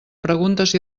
preguntes